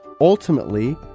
ultimately